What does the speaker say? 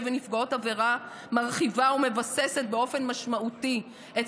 ונפגעות עבירה מרחיבה ומבססת באופן משמעותי את